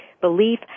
belief